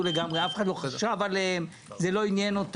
משכורת לשלם בסוף החודש לעובדים שלהם.